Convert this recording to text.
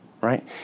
right